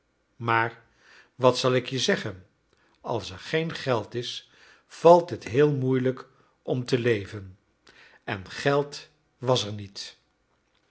maar wat zal ik je zeggen als er geen geld is valt het heel moeilijk om te leven en geld was er niet